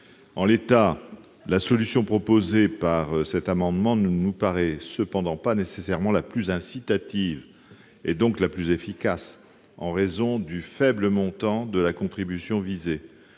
En l'état, la solution proposée ne paraît cependant pas nécessairement la plus incitative, et donc la plus efficace, en raison du faible montant de la contribution visée.